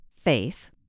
faith